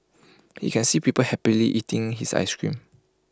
he can see people happily eating his Ice Cream